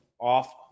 off